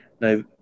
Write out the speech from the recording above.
Now